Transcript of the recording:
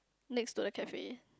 next to a cafe